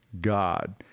God